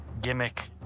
gimmick